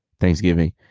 Thanksgiving